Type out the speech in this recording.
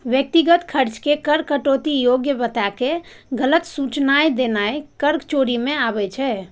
व्यक्तिगत खर्च के कर कटौती योग्य बताके गलत सूचनाय देनाय कर चोरी मे आबै छै